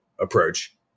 approach